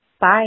Bye